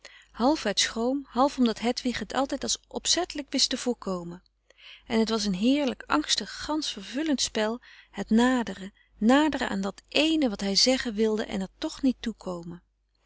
uit schroom half omdat hedwig het altijd als opzettelijk wist te voorkomen en het was een heerlijk angstig gansch vervullend spel het naderen naderen aan dat ééne wat hij zeggen wilde en er toch niet